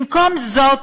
במקום זאת